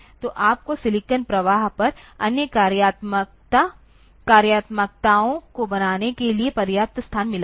तो आपको सिलिकॉन प्रवाह पर अन्य कार्यात्मकताओं का बनाने के लिए पर्याप्त स्थान मिला है